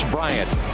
Bryant